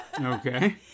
okay